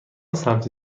سمت